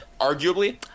arguably